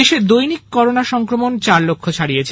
দেশে দৈনিক করোনা সংক্রমণ চার লক্ষ ছাড়িয়েছে